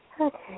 Okay